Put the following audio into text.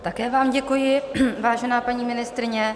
Také vám děkuji, vážená paní ministryně.